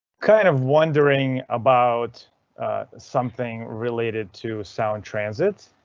kind of wondering about something related to sound transit.